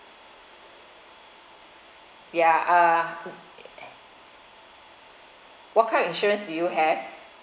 ya uh what kind of insurance do you have